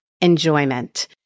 enjoyment